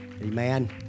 Amen